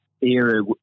era